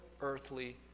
earthly